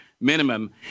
minimum